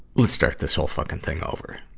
let's start this whole fucking thing over.